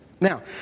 Now